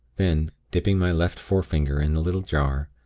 then, dipping my left forefinger in the little jar,